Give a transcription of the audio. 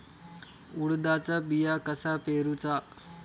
उडदाचा बिया कसा पेरूचा?